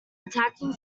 attacking